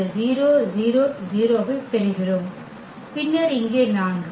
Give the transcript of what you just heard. இந்த 0 0 0 ஐப் பெறுகிறோம் பின்னர் இங்கே 4